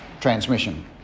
transmission